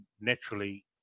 naturally